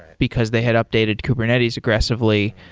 because they had updated kubernetes aggressively,